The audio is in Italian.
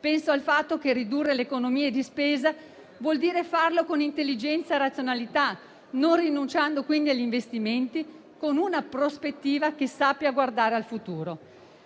Penso al fatto che ridurre le economie di spesa vuol dire farlo con intelligenza e razionalità, non rinunciando quindi agli investimenti, con una prospettiva che sappia guardare al futuro.